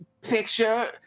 picture